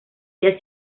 día